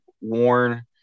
worn